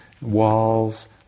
walls